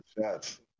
shots